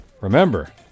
Remember